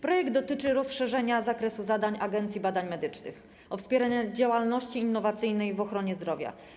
Projekt dotyczy rozszerzenia zakresu zadań Agencji Badań Medycznych o wspieranie działalności innowacyjnej w ochronie zdrowia.